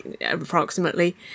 Approximately